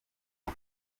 ese